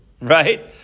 right